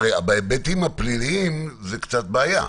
בהיבטים הפליליים זה קצת בעיה.